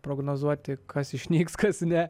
prognozuoti kas išnyks kas ne